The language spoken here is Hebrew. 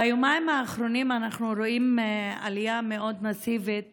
ביומיים האחרונים אנחנו רואים עלייה מאוד מסיבית